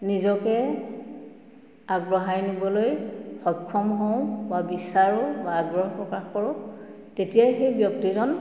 নিজকে আগবঢ়াই নিবলৈ সক্ষম হওঁ বা বিচাৰোঁ বা আগ্ৰহ প্ৰকাশ কৰোঁ তেতিয়াই সেই ব্যক্তিজন